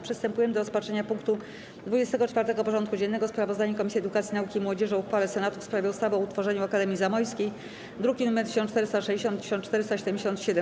Przystępujemy do rozpatrzenia punktu 24. porządku dziennego: Sprawozdanie Komisji Edukacji, Nauki i Młodzieży o uchwale Senatu w sprawie ustawy o utworzeniu Akademii Zamojskiej (druki nr 1460 i 1477)